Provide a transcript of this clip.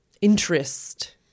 interest